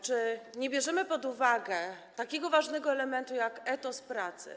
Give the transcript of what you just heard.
Czy nie bierzemy pod uwagę takiego ważnego elementu, jak etos pracy?